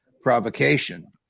provocation